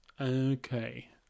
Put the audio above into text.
Okay